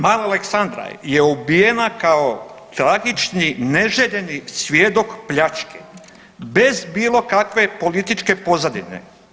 Mala Aleksandra je ubijena kao tragični neželjeni svjedok pljačke bez bilo kakve političke pozadine.